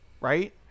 Right